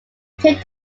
take